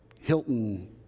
Hilton